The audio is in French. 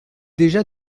déjà